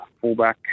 fullback